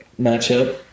matchup